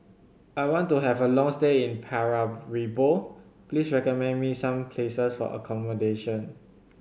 I want to have a long stay in Paramaribo please recommend me some places for accommodation